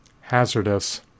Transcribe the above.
hazardous